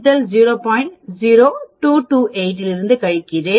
0228 இலிருந்து கழிப்பேன்